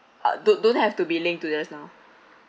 uh don't don't have to be linked to just now